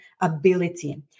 ability